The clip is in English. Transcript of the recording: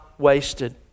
Wasted